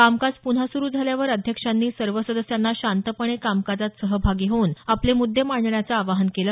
कामकाज प्न्हा सुरू झाल्यावर अध्यक्षांनी सर्व सदस्यांना शांतपणे कामकाजात सहभागी होऊन आपल्या मुद्दे मांडण्याचं आवाहन केलं